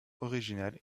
originales